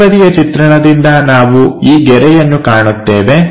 ಮೇಲ್ಬದಿಯ ಚಿತ್ರಣದಿಂದ ನಾವು ಈ ಗೆರೆಯನ್ನು ಕಾಣುತ್ತೇವೆ